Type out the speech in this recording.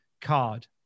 card